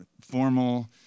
formal